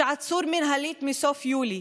שעצור מינהלית מסוף יולי